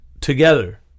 together